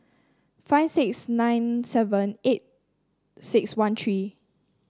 five six nine seven eight six one three